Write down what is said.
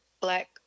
black